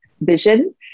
vision